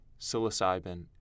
psilocybin